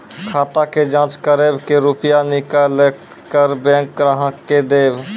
खाता के जाँच करेब के रुपिया निकैलक करऽ बैंक ग्राहक के देब?